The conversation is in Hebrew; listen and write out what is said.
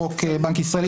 בחוק בנק ישראל.